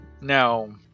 now